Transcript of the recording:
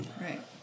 Right